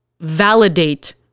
validate